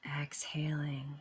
exhaling